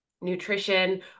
Nutrition